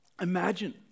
imagine